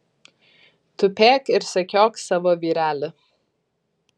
tupėk ir sekiok savo vyrelį